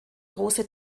große